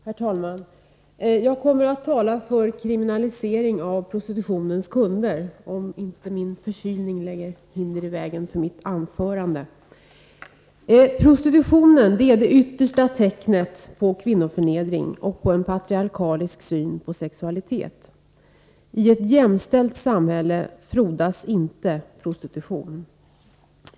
Herr talman! Jag kommer att tala för kriminalisering av prostitutionens kunder. Prostitutionen är det yttersta tecknet på kvinnoförnedring och på en patriarkalisk syn på sexualitet. I ett jämställt samhälle frodas inte prostitution.